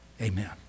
Amen